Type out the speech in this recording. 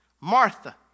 Martha